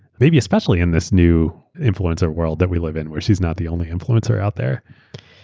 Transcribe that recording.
maybe especially in this new influencer world that we live in where she's not the only influencer out there.